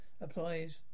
Applies